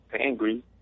Angry